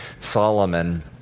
Solomon